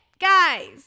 guys